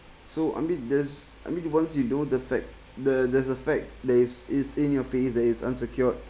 so I mean there's I mean once you know the fact the there's a fact that is is in your face that is unsecured